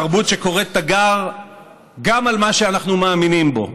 תרבות שקוראת תיגר גם על מה שאנחנו מאמינים בו.